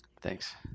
Thanks